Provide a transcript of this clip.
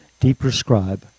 deprescribe